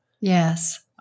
Yes